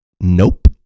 nope